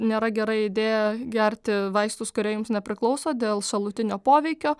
nėra gera idėja gerti vaistus kurie jums nepriklauso dėl šalutinio poveikio